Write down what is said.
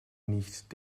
nicht